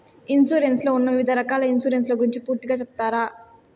Insurance లో ఉన్న వివిధ రకాల ఇన్సూరెన్సు ల గురించి పూర్తిగా సెప్తారా?